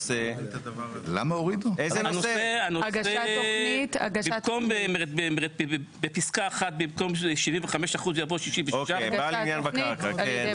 הנושא במקום בפסקה 1 במקום 75% יבוא 66%. אוקיי,